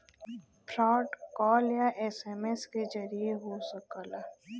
fraud call या SMS के जरिये हो सकला